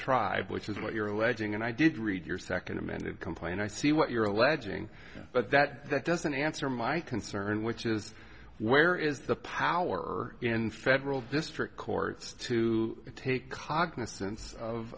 tribe which is what you're alleging and i did read your second amended complaint i see what you're alleging but that doesn't answer my concern which is where is the power or in federal district courts to take cognizance of